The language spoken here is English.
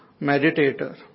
meditator